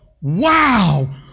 Wow